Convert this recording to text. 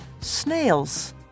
snails